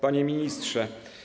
Panie Ministrze!